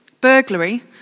burglary